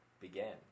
began